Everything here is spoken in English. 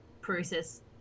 process